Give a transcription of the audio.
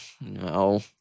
No